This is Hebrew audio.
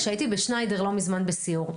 כשהייתי בשניידר לא מזמן בסיור,